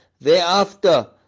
Thereafter